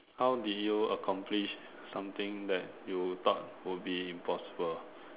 how did you accomplish something that you thought would be impossible